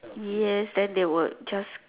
yes then they will just